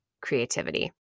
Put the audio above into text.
creativity